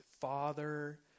father